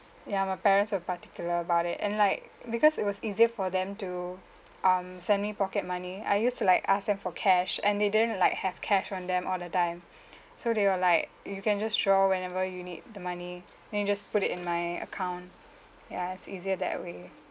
ya my parents were particular about it and like because it was easier for them to um send me pocket money I used to like ask them for cash and they didn't like have cash on them on all the time so do your like you can just draw whenever you need the money then you just put it in my account ya it's easier that way